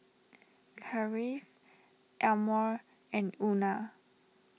Kathyrn Elmore and Euna